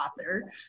author